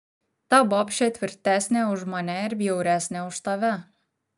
ta bobšė tvirtesnė už mane ir bjauresnė už tave